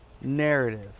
narrative